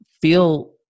feel